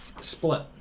Split